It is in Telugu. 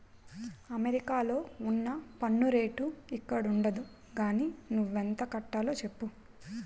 అమెరికాలో ఉన్న పన్ను రేటు ఇక్కడుండదు గానీ నువ్వెంత కట్టాలో చెప్పు